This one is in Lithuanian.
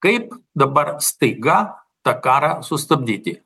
kaip dabar staiga tą karą sustabdyti